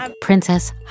Princess